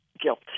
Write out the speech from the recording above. guilt